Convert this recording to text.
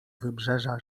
wybrzeża